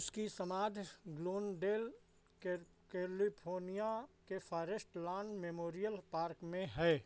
उसकी समाधि Glendale Cal California के फ़ॉरेस्ट लॉन मेमोरियल पार्क में है